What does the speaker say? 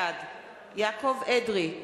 בעד יעקב אדרי,